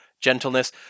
Gentleness